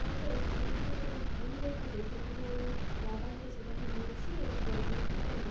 তারপরে সেখানে যদি কোনো ভুল হয়ে থাকে সেখানে আমি রাবার দিয়ে সেটাকে মুছি এবং পরবর্তীকালে